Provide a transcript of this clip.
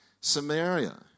Samaria